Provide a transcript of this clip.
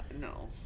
no